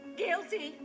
guilty